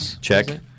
Check